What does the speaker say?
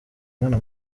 mwana